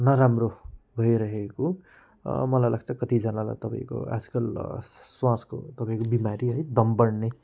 नराम्रो भइरहेको मलाई लाग्छ कतिजनालाई तपाईँको आजकल स्वासको तपाईँको बिमारी है दम बढ्ने